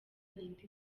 n’indi